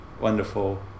wonderful